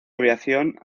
aviación